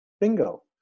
Bingo